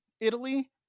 Italy